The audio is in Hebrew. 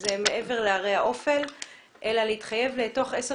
שזה מעבר לערי האופל אלא להתחייב בתוך עשר